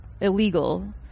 illegal